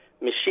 machine